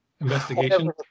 Investigation